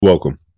Welcome